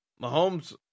Mahomes